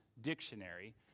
dictionary